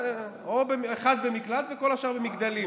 אחד במקלט וכל השאר במגדלים.